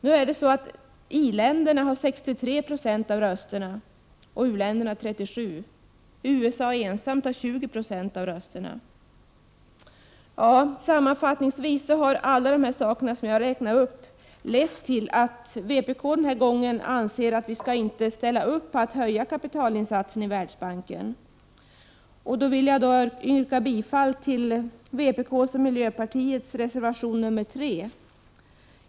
Nu har i-länderna 63 96 av rösterna och u-länderna 37 Zo. USA ensamt har 20 96 av rösterna. Sammanfattningsvis har allt det jag räknat upp lett till att vpk anser att vi denna gång inte skall ställa upp på att höja kapitalinsatsen i Världsbanken. Jag vill yrka bifall till vpk:s och miljöpartiets reservation 3.